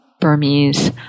Burmese